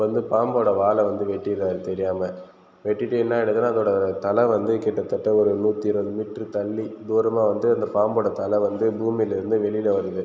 அப்போ வந்து பாம்போட வாலை வந்து வெட்டிடுறாரு தெரியாமல் வெட்டிவிட்டு என்ன ஆகிடுதுனா அதோட தலை வந்து கிட்டதட்ட ஒரு நூற்றி இருபது மீட்டரு தள்ளி தூரமாக வந்து அந்த பாம்போட தலை வந்து பூமியிலேர்ந்து வெளியில் வருது